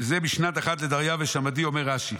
זה בשנת אחת לדריוש המדי, אומר רש"י: